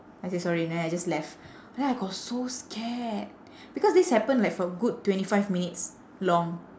I said sorry and then I just left then I got so scared because this happened like for a good twenty five minutes long